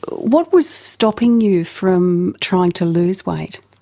what was stopping you from trying to lose weight?